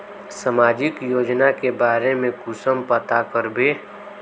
सामाजिक योजना के बारे में कुंसम पता करबे?